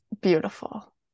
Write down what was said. beautiful